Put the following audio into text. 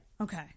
Okay